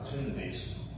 opportunities